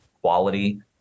quality